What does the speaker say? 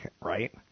right